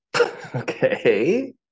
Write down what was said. Okay